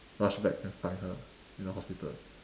rush back and find her in the hospital